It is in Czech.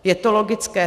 Je to logické.